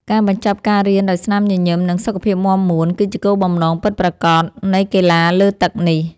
ការបញ្ចប់ការរៀនដោយស្នាមញញឹម និងសុខភាពមាំមួន គឺជាគោលបំណងពិតប្រាកដនៃកីឡាលើទឹកនេះ។